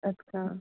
अच्छा